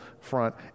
front